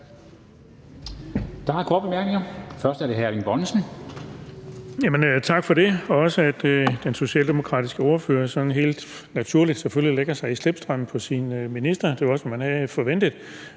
Erling Bonnesen (V): Tak for det, og også tak for, at den socialdemokratiske ordfører sådan helt naturligt selvfølgelig lægger sig i slipstrømmen af sin minister. Det var også, hvad man havde forventet.